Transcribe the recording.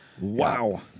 Wow